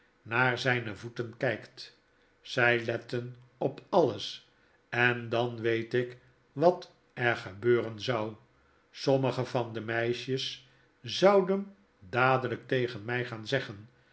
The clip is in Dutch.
naar zyne voeten kijkt zy letten op alles en dan weet ik wat er febeuren zou sommige van de meisjes zouen dadelyk tegen my gaan zeggen